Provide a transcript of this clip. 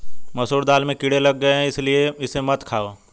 मसूर दाल में कीड़े लग गए है इसलिए इसे मत खाओ